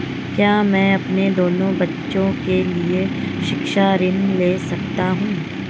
क्या मैं अपने दोनों बच्चों के लिए शिक्षा ऋण ले सकता हूँ?